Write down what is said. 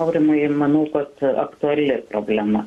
aurimai ir manau kad aktuali problema